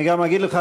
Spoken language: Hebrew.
אני אגיד לך,